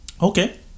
Okay